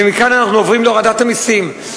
ומכאן אנחנו עוברים להורדת המסים.